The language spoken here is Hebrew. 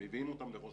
מביאים אותם לראש